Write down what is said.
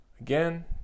Again